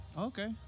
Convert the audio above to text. Okay